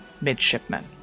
midshipmen